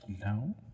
No